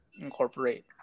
incorporate